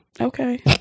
Okay